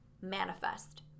manifest